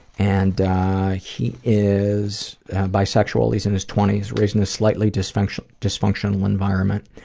and he is bisexual, he's in his twenty s, raised in a slightly dysfunctional dysfunctional environment.